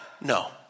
No